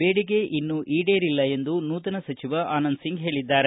ಬೇಡಿಕೆ ಇನ್ನೂ ಈಡೇರಿಲ್ಲ ಎಂದು ನೂತನ ಸಚಿವ ಆನಂದಸಿಂಗ್ ಹೇಳಿದ್ದಾರೆ